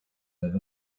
live